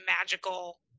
magical